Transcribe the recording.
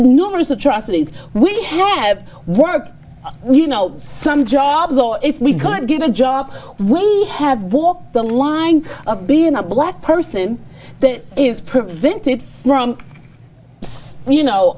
numerous atrocities we have work you know some jobs oh if we can't get a job we have walked the line of being a black person that is prevented from you know